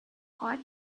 hot